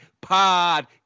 Pod